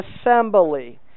assembly